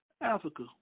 Africa